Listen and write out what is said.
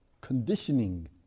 conditioning